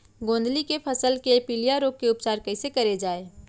गोंदली के फसल के पिलिया रोग के उपचार कइसे करे जाये?